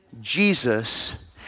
Jesus